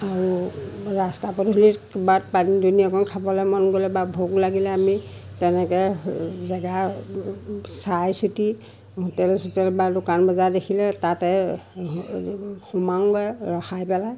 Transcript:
আৰু ৰাস্তা পদূলিত কিবা পানী দুনী অকণ খাবলৈ মন গ'লে বা ভোক লাগিলে আমি তেনেকৈ জেগা চাই চিটি হোটেল চোটেল বা দোকান বজাৰ দেখিলে তাতে সোমাওঁগৈ ৰখাই পেলাই